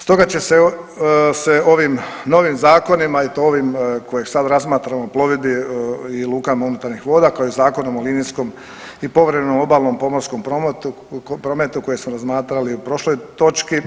Stoga će se ovim novim Zakonima i to ovim kojeg sad razmatramo o plovidbi i lukama unutarnjih voda kao i Zakonom o linijskom i povremenom obalnom pomorskom prometu kojeg smo razmatrali u prošloj točki.